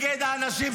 אתה הצבעת נגד החיילים.